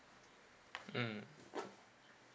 mm